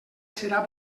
serà